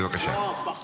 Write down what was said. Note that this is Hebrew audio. בבקשה.